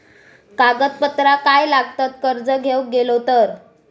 कागदपत्रा काय लागतत कर्ज घेऊक गेलो तर?